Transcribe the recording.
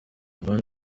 ubundi